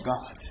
God